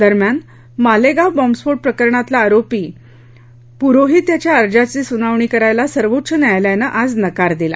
दरम्यान मालेगाव बॉम्बस्फोट प्रकरणातला आरोपी पुरोहित याच्या अर्जाची सुनावणी करायला सर्वोच्च न्यायालयानं आज नकार दिला